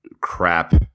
crap